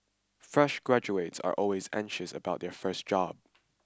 fresh graduates are always anxious about their first job